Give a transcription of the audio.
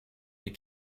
des